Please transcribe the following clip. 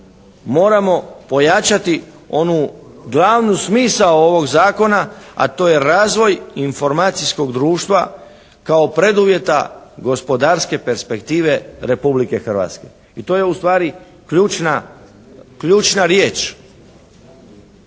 moramo pojačati onu glavnu smisao ovog zakona, a to je razvoj informacijskog društva kao preduvjeta gospodarske perspektive Republike Hrvatske i to je ustvari ključna riječ.